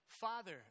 father